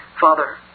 Father